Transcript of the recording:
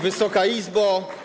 Wysoka Izbo!